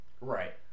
right